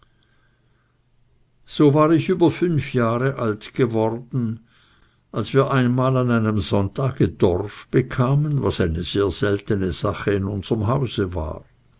so war ich über fünf jahre alt geworden als wir einmal an einem sonntage dorf bekamen was eine sehr seltene sache in unserm hause war